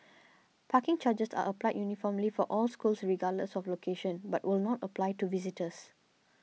parking charges are applied uniformly for all schools regardless of location but will not apply to visitors